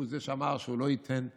הוא זה שאמר שהוא לא ייתן לערבים,